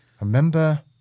remember